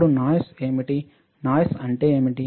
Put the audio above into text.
ఇప్పుడు నాయిస్ ఏమిటి నాయిస్ అంటే ఏమిటి